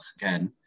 again